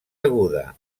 aguda